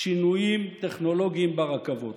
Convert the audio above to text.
שינויים טכנולוגיים ברכבות.